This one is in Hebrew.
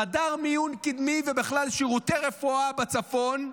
חדר מיון קדמי, ובכלל שירותי רפואה בצפון,